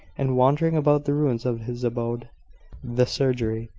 and wandering about the ruins of his abode the surgery.